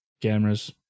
cameras